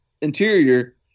interior